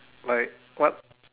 like what